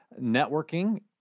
networking